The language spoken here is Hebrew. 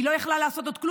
היא לא יכלה לעשות כלום.